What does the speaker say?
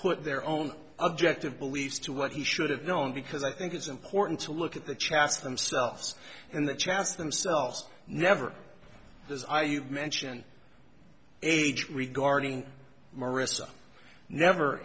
put their own objective beliefs to what he should have known because i think it's important to look at the chasse themselves and the chance to themselves never does i mention age regarding mariska never